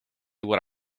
what